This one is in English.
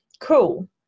Cool